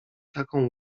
taką